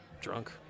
drunk